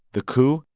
the coup,